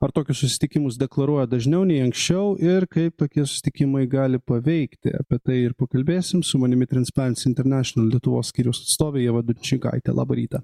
ar tokius susitikimus deklaruoja dažniau nei anksčiau ir kaip tokie susitikimai gali paveikti apie tai ir pakalbėsim su manimi trancperins internešinal lietuvos skyriaus atstovė ieva dunčikaitė labą rytą